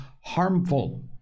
harmful